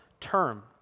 term